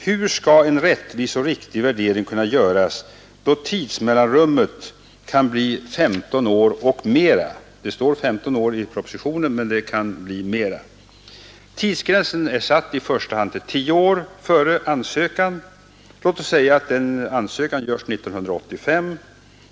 Hur skall en rättvis och riktig värdering kunna göras, då tidsmellanrummet kan bli 15 år och mera? Det står 15 år i propositionen men det kan bli mera. Tidsgränsen är satt i första hand till 10 år före ansökan. Låt oss säga att en ansökan görs 1985.